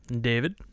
David